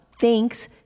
thanks